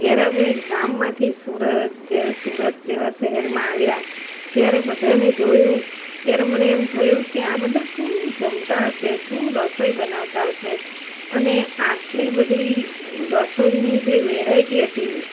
જ્યારે અમે ગામમાંથી સુરત જ્યારે સુરત જેવા શહેરમાં આવ્યા ત્યારે બધાને જોયું ત્યારે મને એમ થયું કે આ બધા શું જમતાં હશે શું રસોઈ બનાવતા હશે અને આટલી બધી રસોઈની જે વેરાયટી હતી